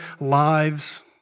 lives